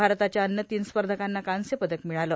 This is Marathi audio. भारताच्या अन्य तीन स्पर्धकांना कांस्य पदक मिळालं